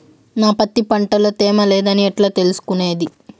నా పత్తి పంట లో తేమ లేదని ఎట్లా తెలుసుకునేది?